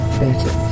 better